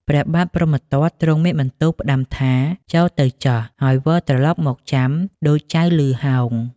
ព្រះបាទព្រហ្មទត្តទ្រង់មានបន្ទូលផ្តាំថា ចូរទៅចុះហើយវិលត្រឡប់មកចាំដូចចៅឮហោង។